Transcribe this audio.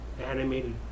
animated